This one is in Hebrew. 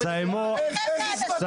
איך תישאו פניכם לאנשים?